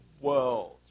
world